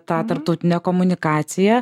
tą tarptautinę komunikaciją